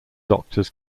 doctors